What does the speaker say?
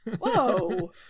Whoa